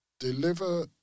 Deliver